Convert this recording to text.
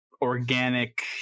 organic